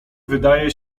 wydaje